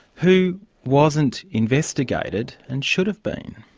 who wasn't investigated and should've been?